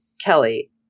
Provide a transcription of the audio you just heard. Kelly